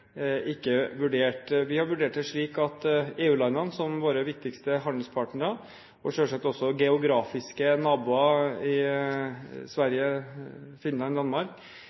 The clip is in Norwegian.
ikke vurdert. Vi har vurdert det slik at EU-landene som er våre viktigste handelspartnere, og selvsagt også geografiske naboer – Sverige, Finland og Danmark